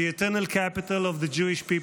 the eternal capital of the Jewish people.